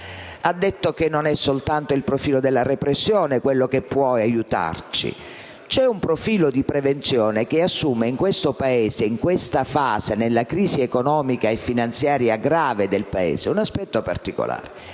ha detto che non è soltanto il profilo della repressione quello che può aiutarci. C'è un profilo di prevenzione che assume in questo Paese, in questa fase, nella crisi economica e finanziaria grave del Paese un aspetto particolare.